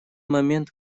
момент